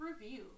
review